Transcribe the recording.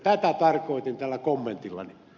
tätä tarkoitin tällä kommentillani